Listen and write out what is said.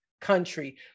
country